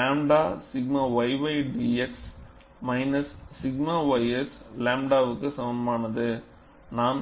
𝝺 𝛔 yy dx minus 𝛔 ys 𝝺வுக்கு சமமானது